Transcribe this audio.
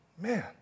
man